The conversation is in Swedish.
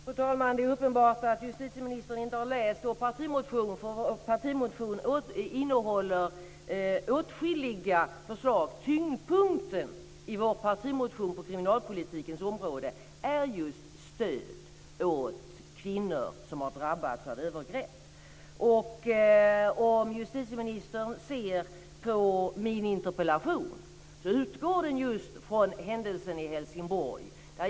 Fru talman! Det är uppenbart att justitieministern inte har läst vår partimotion på kriminalpolitikens område. Den innehåller åtskilliga förslag. Tyngdpunkten ligger på stöd åt kvinnor som har drabbats av övergrepp. Som justitieministern ser utgår min interpellation just från händelsen i Helsingborg.